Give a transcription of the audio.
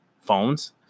phones